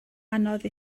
anodd